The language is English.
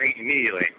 immediately